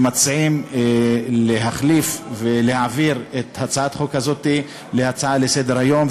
מציעים להחליף ולהעביר את הצעת החוק הזו להצעה לסדר-היום,